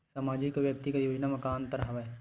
सामाजिक अउ व्यक्तिगत योजना म का का अंतर हवय?